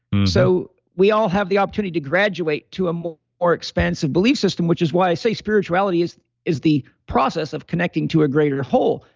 so we all have the opportunity to graduate to a more expensive belief system, which is why i say spirituality is is the process of connecting to a greater whole.